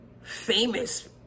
famous